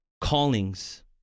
callings